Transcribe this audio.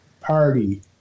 Party